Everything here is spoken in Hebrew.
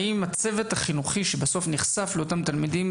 האם הצוות החינוכי שבסוף נחשף לאותם תלמידים,